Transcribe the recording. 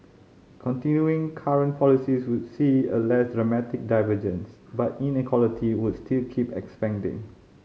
continuing current policies would see a less dramatic divergence but inequality would still keep expanding